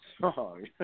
song